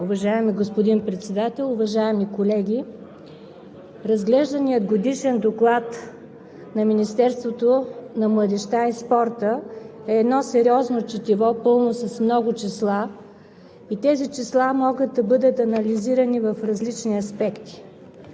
Уважаеми господин Председател, уважаеми колеги! Разглежданият Годишен доклад на Министерството на младежта е едно сериозно четиво, пълно с много числа. Тези числа могат да бъдат анализирани в различни аспекти.